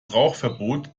rauchverbot